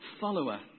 Follower